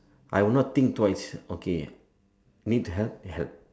I would not think twice okay need help help